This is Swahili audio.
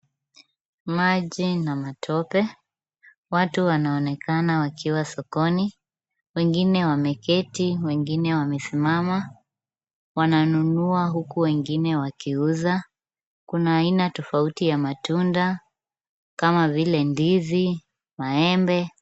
Maji na matope. Watu wanaonekana wakiwa sokoni. Wengine wameketi, wengine wamesimama. Wananunua huku wengine wakiuza. Kuna aina tofauti ya matunda, kama vile ndizi, maembe.